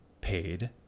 paid